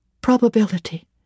probability